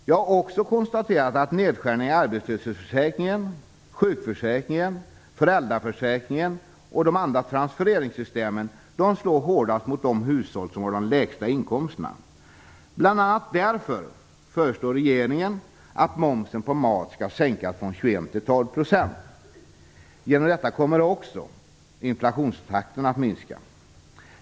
Jag har också konstaterat att nedskärningar i arbetslöshetsförsäkringen, sjukförsäkringen, föräldraförsäkringen och de andra transfereringssystemen slår hårdast mot de hushåll som har de lägsta inkomsterna. Bl.a. därför föreslår regeringen att momsen på mat skall sänkas från 21 % till 12 %. Genom detta kommer också inflationstakten att minska.